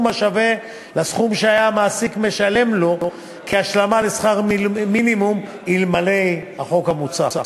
השווה לסכום שהיה המעסיק משלם לו כהשלמה לשכר מינימום אלמלא החוק המוצע.